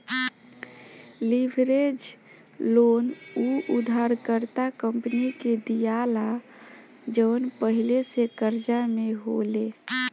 leverage loan उ उधारकर्ता company के दीआला जवन पहिले से कर्जा में होले